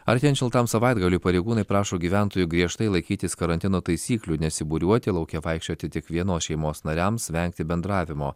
artėjant šiltam savaitgaliui pareigūnai prašo gyventojų griežtai laikytis karantino taisyklių nesibūriuoti lauke vaikščioti tik vienos šeimos nariams vengti bendravimo